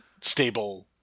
stable